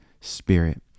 spirit